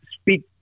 speak